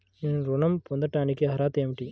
నేను ఋణం పొందటానికి అర్హత ఏమిటి?